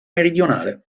meridionale